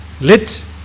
let